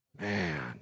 man